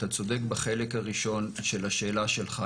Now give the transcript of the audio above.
אתה צודק בחלק הראשון של השאלה שלך.